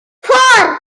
four